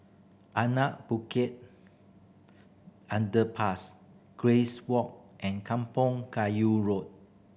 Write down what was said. Anak Bukit Underpass Grace Walk and Kampong Kayu Road